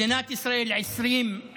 מדינת ישראל 2023,